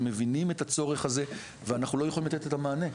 אנחנו מבינים את הצורך הזה ואנחנו לא יכולים לתת את המענה.